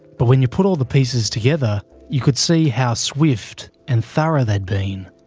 but when you put all the pieces together you could see how swift and thorough they had been.